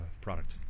product